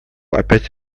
опять